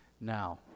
Now